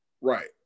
right